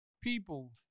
people